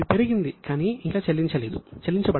అది పెరిగింది కానీ ఇంకా చెల్లించబడలేదు